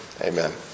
Amen